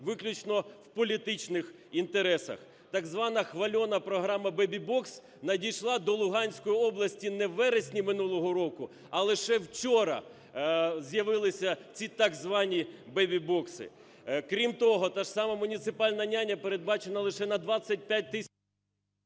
виключно в політичних інтересах. Так звана хвальона програма "бебі-бокс" надійшла до Луганської області не у вересні минулого року, а лише вчора з'явилися ці так звані "бебі-бокси". Крім того, та ж сама "муніципальна няня" передбачена лише на 25 тисяч…